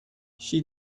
she